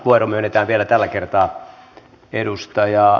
vastauspuheenvuoro myönnetään vielä tällä kertaa